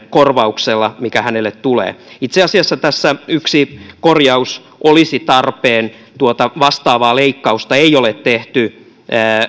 korvauksella mikä hänelle tulee itse asiassa tässä yksi korjaus olisi tarpeen tuota vastaavaa leikkausta ei ole tehty